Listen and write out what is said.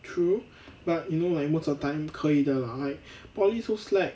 true but you know like most of time 可以的 lah like poly so slack